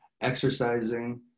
exercising